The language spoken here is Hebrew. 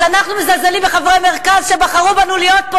אז אנחנו מזלזלים בחברי מרכז שבחרו בנו להיות פה?